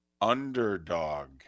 underdog